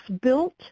built